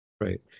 Right